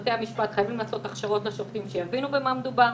בתי המשפט חייבים לעשות הכשרות לשופטים שיבינו במה מדובר.